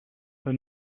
the